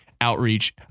outreach